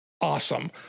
awesome